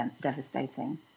devastating